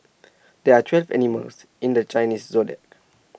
there are twelve animals in the Chinese Zodiac